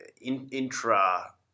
intra